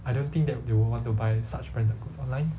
I don't think that they will want to buy such branded goods online